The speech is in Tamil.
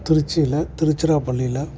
திருச்சியில் திருச்சிராப்பள்ளியில்